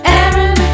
Aaron